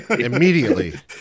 Immediately